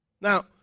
Now